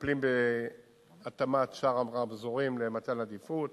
מטפלים בהתאמת שאר הרמזורים למתן עדיפות,